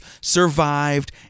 survived